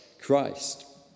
Christ